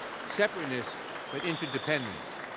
separateness but interdependence.